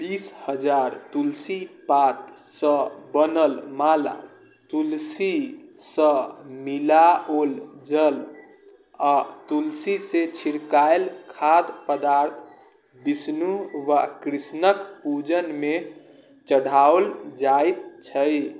बीस हजार तुलसी पातसँ बनल माला तुलसीसँ मिलाओल जल आ तुलसीसँ छिड़काएल खाद्य पदार्थ विष्णु वा कृष्णक पूजनमे चढ़ाओल जाइत छै